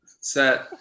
set